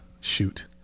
Shoot